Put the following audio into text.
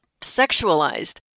sexualized